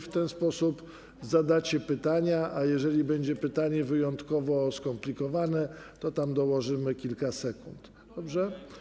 W ten sposób zadacie pytania, a jeżeli będzie pytanie wyjątkowo skomplikowane, to dołożymy kilka sekund, dobrze?